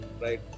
right